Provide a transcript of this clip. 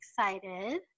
excited